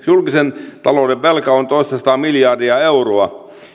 julkisen talouden velka on toistasataa miljardia euroa